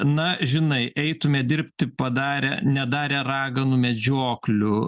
na žinai eitume dirbti padarę nedarę raganų medžioklių